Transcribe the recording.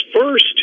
first